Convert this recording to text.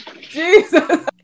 Jesus